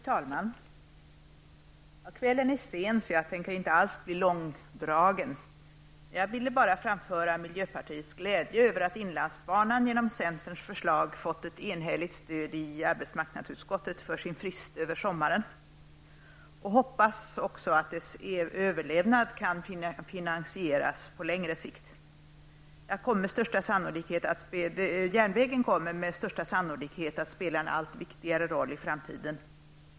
Fru talman! Kvällen är sen, så jag tänker inte alls bli långrandig. Jag vill bara framföra miljöpartiets glädje över att centerns förslag om fristen för persontrafiken på inlandsbanan över sommaren får ett enhälligt stöd i arbetsmarknadsutskottet. Jag hoppas att inlandsbanans överlevnad kan finansieras på längre sikt. Järnvägarna kommer med största sannolikhet att spela en allt viktigare roll i framtiden.